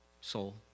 Soul